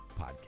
podcast